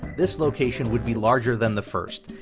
this location would be larger than the first,